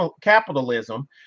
capitalism